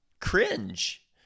cringe